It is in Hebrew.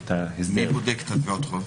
מי בודק את תביעות החוק?